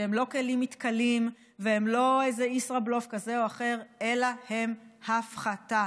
שהן לא כלים מתכלים ולא איזה ישראבלוף כזה או אחר אלא הן הפחתה,